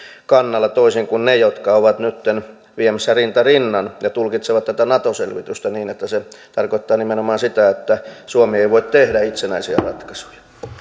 kannalla toisin kuin ne jotka ovat nytten viemässä rinta rinnan ja tulkitsevat tätä nato selvitystä niin että se tarkoittaa nimenomaan sitä että suomi ei voi tehdä itsenäisiä ratkaisuja